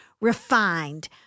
Refined